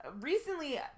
recently